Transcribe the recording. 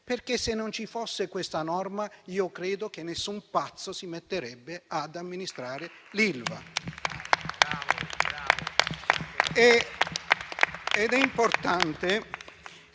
Se non ci fosse questa norma, credo che nessun pazzo si metterebbe ad amministrare l'Ilva.